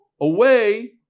away